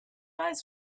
eyes